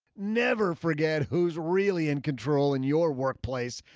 never forget who's really in control in your workplace.